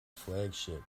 flagship